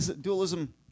Dualism